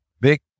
big